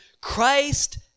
Christ